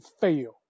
fail